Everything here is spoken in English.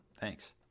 thanks